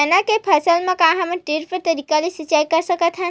चना के फसल म का हमन ड्रिप तरीका ले सिचाई कर सकत हन?